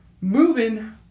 Moving